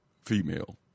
female